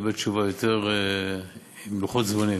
תקבל תשובה עם לוחות זמנים.